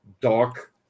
dark